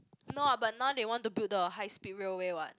no ah now they want to build the high speed railway what